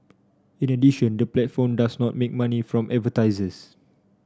in addition the platform does not make money from advertisers